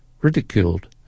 ridiculed